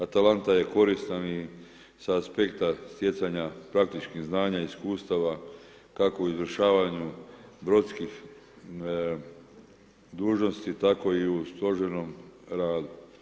Atalanta je koristan i sa aspekta stjecanja praktičkih znanja i iskustava kako u izvršavanju brodskih dužnosti tako i u stožernom radu.